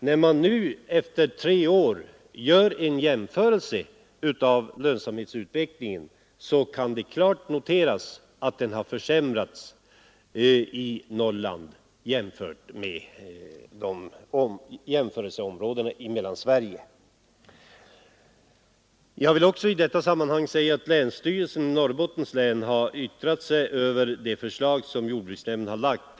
När vi nu efter tre år gör en jämförelse av lönsamhetsutvecklingen kan det klart noteras att den har försämrats i Norrland i förhållande till jämförelseområdena i Mellansverige. Jag vill också i detta sammanhang säga att länsstyrelsen i Norrbottens län har yttrat sig över det förslag som jordbruksnämnden har lagt.